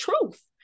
truth